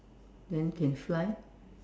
then can fly